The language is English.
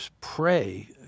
pray